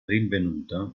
rinvenuta